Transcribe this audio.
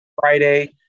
Friday